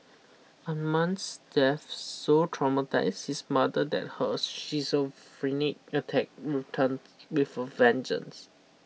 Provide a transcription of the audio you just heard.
Amman's death so traumatised his mother that her schizophrenic attack returned with a vengeance